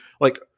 like-